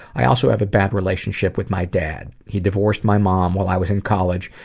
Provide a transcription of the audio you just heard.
i also have a bad relationship with my dad. he divorced my mom while i was in college,